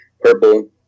purple